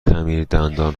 خمیردندان